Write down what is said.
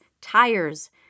tires